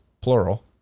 plural